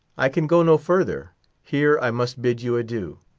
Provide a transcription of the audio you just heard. i can go no further here i must bid you adieu.